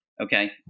Okay